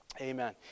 Amen